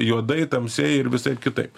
juodai tamsiai ir visai kitaip